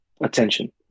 attention